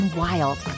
wild